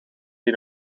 die